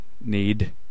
need